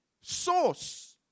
source